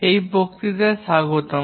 এই বক্তৃতায় স্বাগতম